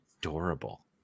adorable